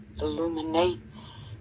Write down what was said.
illuminates